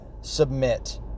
submit